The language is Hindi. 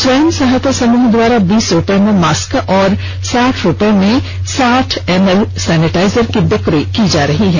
स्वयं सहायता समूहों द्वारा बीस रुपये में मास्क और साठ रुपये में साठ एमएल सैनिटाईजर की बिक्री की जा रही है